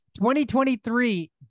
2023